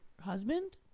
husband